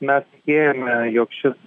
mes tikėjome jog šis